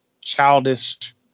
childish